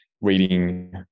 reading